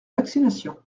vaccinations